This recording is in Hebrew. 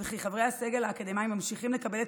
וכי חברי הסגל האקדמי ממשיכים לקבל את